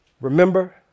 remember